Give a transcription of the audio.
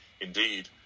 indeed